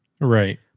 Right